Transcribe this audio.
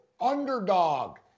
underdog